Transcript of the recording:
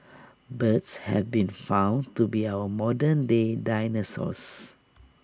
birds have been found to be our modern day dinosaurs